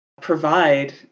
Provide